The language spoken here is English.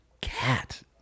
Cat